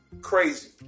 crazy